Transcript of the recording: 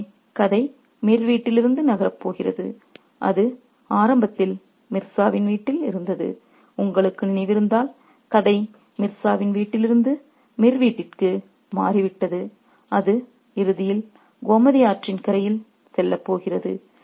எனவே கதை மிர் வீட்டிலிருந்து நகரப் போகிறது அது ஆரம்பத்தில் மிர்சாவின் வீட்டில் இருந்தது உங்களுக்கு நினைவிருந்தால் கதை மிர்சாவின் வீட்டிலிருந்து மிர் வீட்டிற்கு மாறிவிட்டது அது இறுதியில் கோமதி ஆற்றின் கரையில் செல்லப் போகிறது